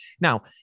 now